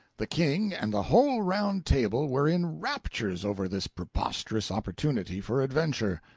the king and the whole round table were in raptures over this preposterous opportunity for adventure.